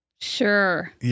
Sure